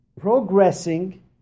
progressing